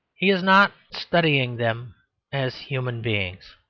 he is not studying them as human beings,